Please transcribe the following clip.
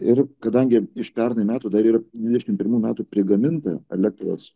ir kadangi iš pernai metų dar ir dvidešim pirmų metų prigaminta elektros